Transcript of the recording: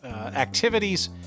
Activities